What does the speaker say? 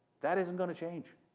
that isn't going to change.